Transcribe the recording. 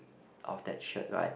of that shirt right